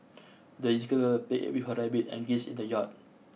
the little played with her rabbit and geese in the yard